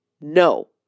no